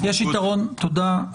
תודה.